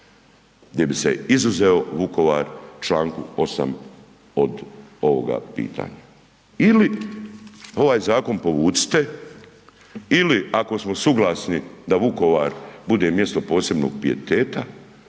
gdje bi se izuzeo Vukovar čl. 8. od ovoga pitanja ili ovaj zakon povucite ili ako smo suglasni da Vukovar bude mjesto posebnog pijeteta